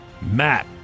Matt